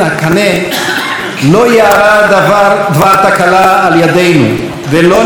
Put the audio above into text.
לא יארע דבר תקלה על ידינו ולא ניכשל בדבר הלכה,